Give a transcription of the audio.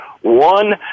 one